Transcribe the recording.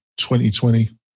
2020